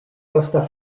restar